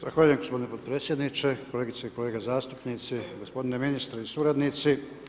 Zahvaljujem gospodine potpredsjedniče, kolegice i kolege zastupnici, gospodine ministre i suradnici.